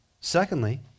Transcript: Secondly